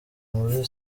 muri